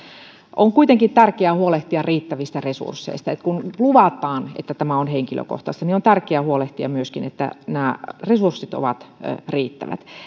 on kuitenkin tärkeää huolehtia riittävistä resursseista kun luvataan että tämä on henkilökohtaista niin on tärkeää huolehtia myöskin että nämä resurssit ovat riittävät